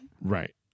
Right